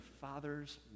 father's